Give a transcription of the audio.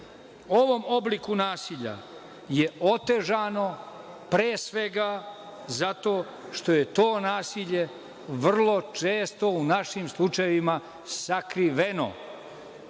ovom obliku nasilja je otežano pre svega zato što je to nasilje vrlo često u našim slučajevima sakriveno. Opet